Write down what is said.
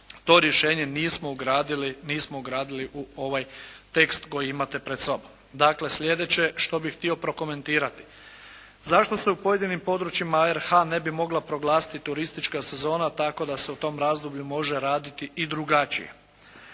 ugradili, nismo ugradili u ovaj tekst koji imate pred sobom. Dakle, sljedeće što bih htio prokomentirati. Zašto se u pojedinim područjima RH ne bi mogla proglasiti turistička sezona, tako da se u tom razdoblju može raditi i drugačije.